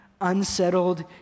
unsettled